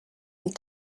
die